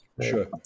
sure